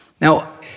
Now